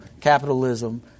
capitalism